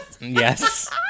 Yes